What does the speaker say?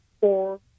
four